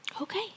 Okay